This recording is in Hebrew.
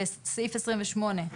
לסעיף 28,